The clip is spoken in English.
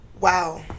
Wow